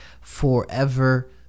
Forever